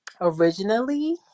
Originally